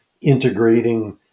integrating